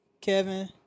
Kevin